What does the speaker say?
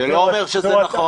זה לא אומר שזה נכון.